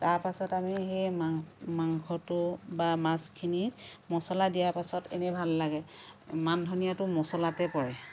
তাৰ পাছত আমি সেই মাংসটো বা মাছখিনি মছলা দিয়াৰ পাছত এনেই ভাল লাগে মানধনীয়াটো মছলাতে পৰে